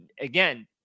again